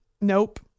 Nope